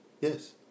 Yes